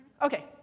Okay